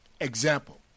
Example